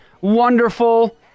wonderful